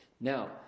Now